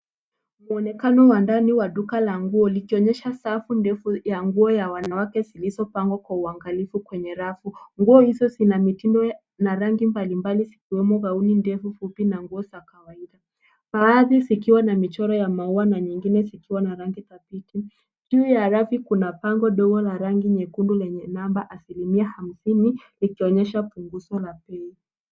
Mwonekano wa ndani wa duka la nguo likionyesha safu ndefu ya nguo ya wanawake zilizopangwa kwa uangalifu kwenye rafu. Nguo hizo zina mitindo na rangi mbalimbali zikiwemo gauni ndefu, fupi na nguo za kawaida. Baadhi zikiwa na michoro ya maua na nyingine zikiwa a rangi dhabiti. Juu ya raki kuna bango ndogo la ragi nyekundu lenye namba 50% ikionyesha punguzo la bei.